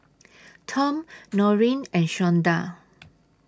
Tom Noreen and Shonda